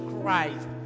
Christ